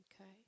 Okay